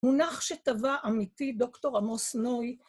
מונח שטבע אמיתי, דוקטור עמוס נוי.